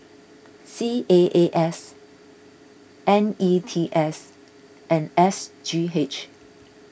C A A S N E T S and S G H